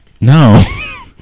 No